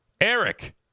Eric